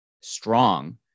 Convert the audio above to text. strong